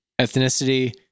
ethnicity